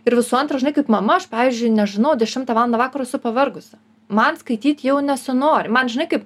ir visų antra žinai kaip mama aš pavyzdžiui nežinau dešimtą valandą vakaro esu pavargusi man skaityt jau nesinori man žinai kaip